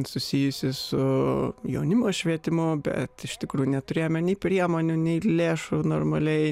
susijusį su jaunimo švietimu bet iš tikrųjų neturėjome nei priemonių nei lėšų normaliai